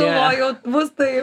sugalvojau bus taip